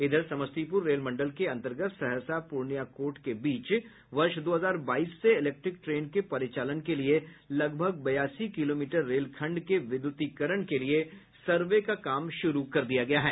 इधर समस्तीपुर रेल मंडल के अंतर्गत सहरसा पूर्णिया कोट के बीच वर्ष दो हजार बाईस से इलेक्ट्रिक ट्रेन के परिचालन के लिए लगभग बयासी किलोमीटर रेलखंड के विद्युतीकरण के लिए सर्वे का काम शुरू कर दिया गया है